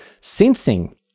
Sensing